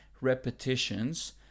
repetitions